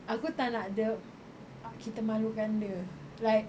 aku tak nak dia kita malukan dia like